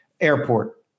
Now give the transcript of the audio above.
airport